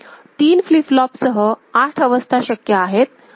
तीन फ्लिप फ्लॉपसह आठ अवस्था शक्य आहेत